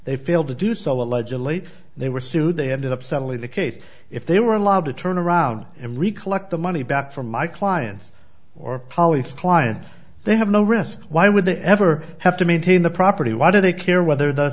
they failed to do so allegedly they were sued they had it up suddenly the case if they were allowed to turn around and recollect the money back from my clients or polly's client they have no risk why would they ever have to maintain the property why do they care whether the